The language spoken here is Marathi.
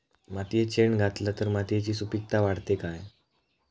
मातयेत शेण घातला तर मातयेची सुपीकता वाढते काय?